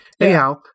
Anyhow